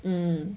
嗯